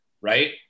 right